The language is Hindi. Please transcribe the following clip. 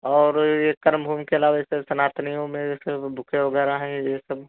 और ये करमभूमि के अलावा जैसे सनातनियों में जैसे वो बुकें वगैरह हैं ये सब